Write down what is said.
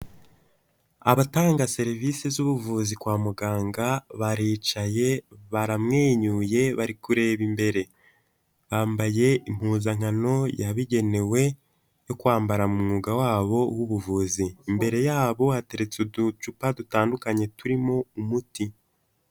Abatanga serivisi z'ubuvuzi kwa muganga, baricaye baramwenyuye, bari kureba imbere, bambaye impuzankano yabigenewe yo kwambara mu mwuga wabo w'ubuvuzi, imbere yabo hateretse uducupa dutandukanye turimo umuti.